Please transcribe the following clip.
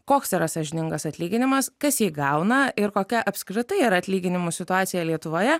koks yra sąžiningas atlyginimas kas jį gauna ir kokia apskritai ar atlyginimų situacija lietuvoje